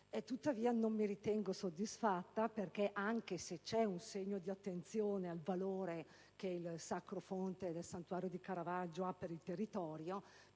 tuttavia, non mi ritengo soddisfatta perché, anche se c'è un segno di attenzione al valore che il Sacro Fonte del Santuario di Caravaggio ha per il territorio,